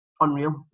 unreal